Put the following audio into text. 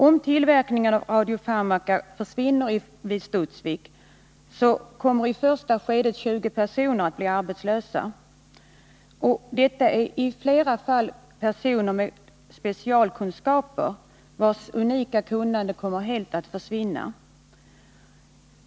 Om tillverkningen av radiofarmaka försvinner vid Studsvik kommer i första skedet 20 personer att bli arbetslösa. Det gäller i flera fall personer med specialkunskaper, vilkas unika kunnande helt kommer att försvinna.